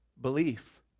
belief